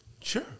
sure